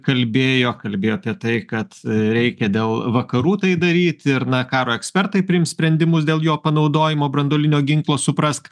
kalbėjo kalbėjo apie tai kad reikia dėl vakarų tai daryt ir na karo ekspertai priims sprendimus dėl jo panaudojimo branduolinio ginklo suprask